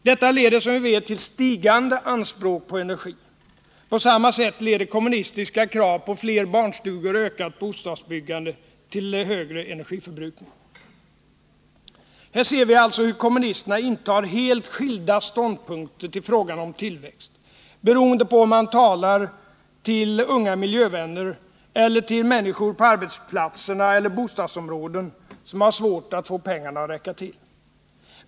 Detta leder som vi vet till stigande anspråk på energi. På samma sätt leder kommunistiska krav på fler barnstugor och ökat bostadsbyggande till högre energiförbrukning. Här ser vi alltså hur kommunisterna intar helt skilda ståndpunkter till frågan om tillväxt beroende på om man talar till unga miljövänner eller till människor på arbetsplatserna eller i bostadsområden som har svårt att få pengarna att räcka till.